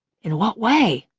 in what way?